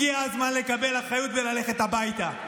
הגיע הזמן לקבל אחריות וללכת הביתה.